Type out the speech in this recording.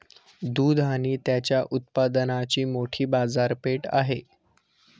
दूध आणि त्याच्या उत्पादनांची मोठी बाजारपेठ आहे